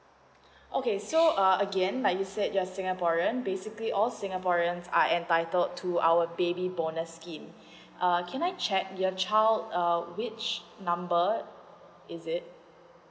okay so uh again like you said you're singaporean basically all singaporeans are entitled to our baby bonus scheme err can I check your child err which number err is it